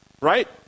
Right